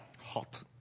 Hot